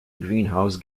greenhouse